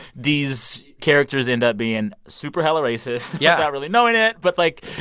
these characters end up being super hella racist, yeah not really knowing it. but, like,